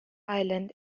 island